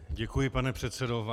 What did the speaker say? Děkuji, pane předsedo.